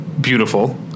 beautiful